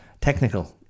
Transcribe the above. technical